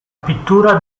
pittura